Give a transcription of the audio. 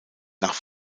nach